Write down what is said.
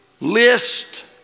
List